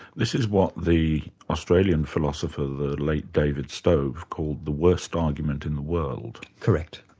this is what the australian philosopher, the late david stove called the worst argument in the world. correct.